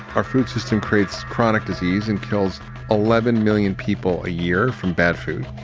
our food system creates product disease and kills eleven million people a year from bad food.